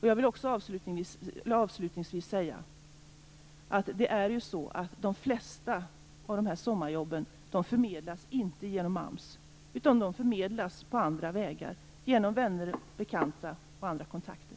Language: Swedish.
Jag vill avslutningsvis säga att de flesta av de här sommarjobben inte förmedlas genom AMS utan på andra vägar, genom vänner och bekanta och genom andra kontakter.